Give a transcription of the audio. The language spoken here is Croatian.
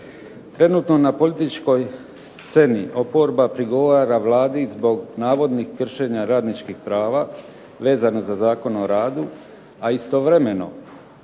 Trenutno na političkoj sceni oporba prigovara Vladi zbog navodnih kršenja radničkih prava vezano za Zakon o radu, a istovremeno